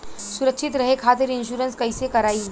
सुरक्षित रहे खातीर इन्शुरन्स कईसे करायी?